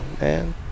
man